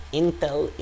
intel